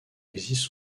existe